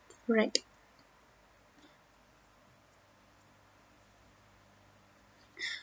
correct